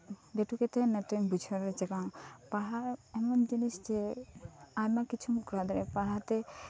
ᱞᱟᱹᱴᱩ ᱠᱟᱛᱮᱫ ᱱᱤᱛᱚᱜ ᱤᱧ ᱵᱩᱡᱷᱟᱹᱣ ᱮᱫᱟ ᱵᱟᱝ ᱯᱟᱲᱦᱟᱜ ᱮᱢᱚᱱ ᱡᱤᱱᱤᱥ ᱡᱮ ᱟᱭᱢᱟ ᱠᱤᱪᱷᱩᱢ ᱠᱚᱨᱟᱣ ᱫᱟᱲᱮᱭᱟᱜᱼᱟ ᱯᱟᱲᱦᱟᱣ ᱛᱮ